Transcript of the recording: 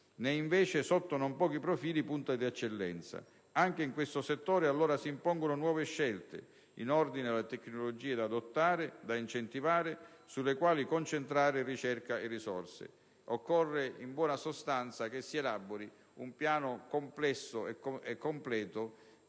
ed è, sotto non pochi profili, punta di eccellenza in tale campo. Anche in questo settore, allora, si impongono nuove scelte in ordine alle tecnologie da adottare, da incentivare e sulle quali concentrare ricerca e risorse. Occorre, in buona sostanza, che si elabori un piano complessivo e completo